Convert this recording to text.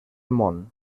món